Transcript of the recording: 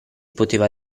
poteva